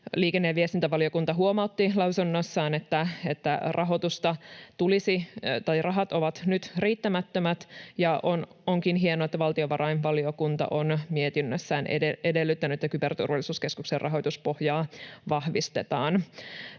Liikenne‑ ja viestintävaliokunta huomautti lausunnossaan, että rahat ovat nyt riittämättömät, ja onkin hienoa, että valtiovarainvaliokunta on mietinnössään edellyttänyt, että Kyberturvallisuuskeskuksen rahoituspohjaa vahvistetaan.